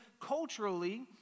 culturally